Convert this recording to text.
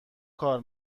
کار